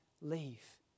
leave